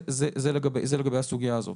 זה לגבי הסוגיה הזאת.